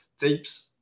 tapes